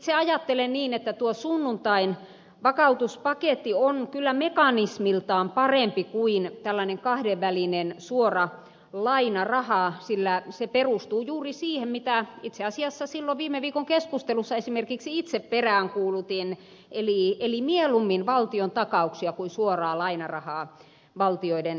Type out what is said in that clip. itse ajattelen niin että tuo sunnuntain vakautuspaketti on kyllä mekanismiltaan parempi kuin tällainen kahdenvälinen suora lainaraha sillä se perustuu juuri siihen mitä itse asiassa silloin viime viikon keskustelussa esimerkiksi itse peräänkuulutin eli mieluummin valtion takauksia kuin suoraa lainarahaa valtioiden kesken